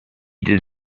did